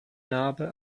narbe